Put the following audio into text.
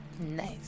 nice